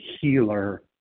healer